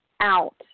out